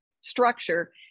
structure